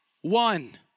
one